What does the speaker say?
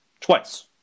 twice